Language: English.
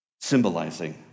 symbolizing